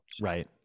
Right